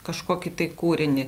kažkokį tai kūrinį